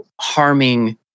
harming